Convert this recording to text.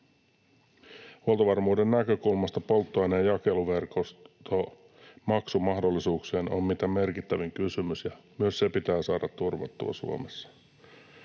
Huoltovarmuuden näkökulmasta polttoaineen jakeluverkosto maksumahdollisuuksineen on mitä merkittävin kysymys, ja myös se pitää saada turvattua Suomessa.